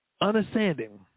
Understanding